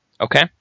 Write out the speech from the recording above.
Okay